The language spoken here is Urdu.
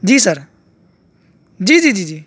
جی سر جی جی جی جی